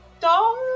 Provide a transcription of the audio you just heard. dog